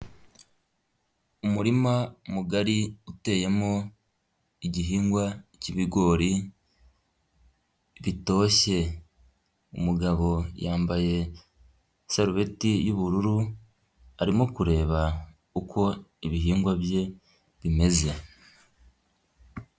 Umurima mugari uteyemo igihingwa cy'ibigori bitoshye, umugabo yambaye isarubeti y'ubururu arimo kureba uko ibihingwa bye bimeze.